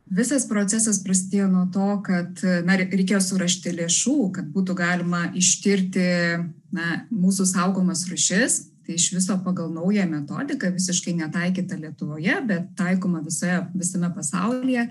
visas procesas prasidėjo nuo to kad na reikėjo surasti lėšų kad būtų galima ištirti na mūsų saugomas rūšis tai iš viso pagal naują metodiką visiškai netaikytą lietuvoje be taikomą visoje visame pasaulyje